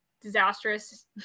disastrous